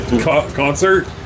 Concert